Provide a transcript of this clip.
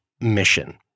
mission